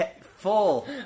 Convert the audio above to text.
full